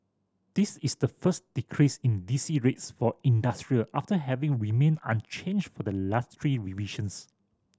this is the first decrease in D C rates for industrial after having remained unchanged for the last three revisions